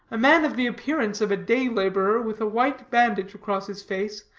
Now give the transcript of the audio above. a man of the appearance of a day-laborer, with a white bandage across his face,